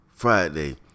Friday